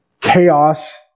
chaos